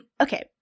Okay